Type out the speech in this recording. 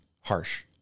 harsh